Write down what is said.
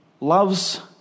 loves